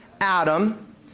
Adam